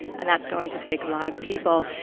and that's going to take a lot of people.